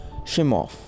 Shimoff